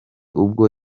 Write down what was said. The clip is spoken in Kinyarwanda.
ubwo